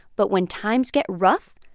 but when times get rough,